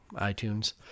iTunes